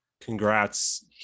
Congrats